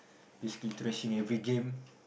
basically trashing every game